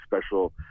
special